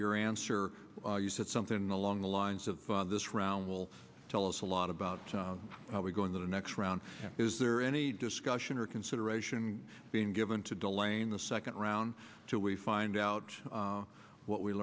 answer you said something along the lines of this round will tell us a lot about how we go in the next round is there any discussion or consideration being given to delaying the second round till we find out what we